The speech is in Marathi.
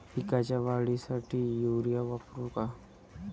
पिकाच्या वाढीसाठी युरिया वापरू का?